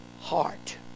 heart